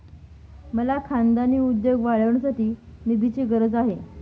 मला खानदानी उद्योग वाढवण्यासाठी निधीची गरज आहे